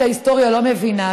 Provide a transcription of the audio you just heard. את ההיסטוריה לא מבינה,